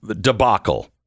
debacle